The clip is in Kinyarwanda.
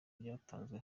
byatanzwe